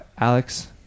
Alex